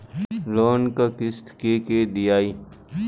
Loan क किस्त के के दियाई?